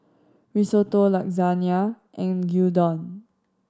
Risotto Lasagna and Gyudon